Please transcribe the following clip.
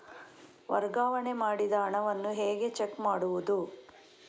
ವರ್ಗಾವಣೆ ಮಾಡಿದ ಹಣವನ್ನು ಹೇಗೆ ಚೆಕ್ ಮಾಡುವುದು?